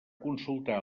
consultar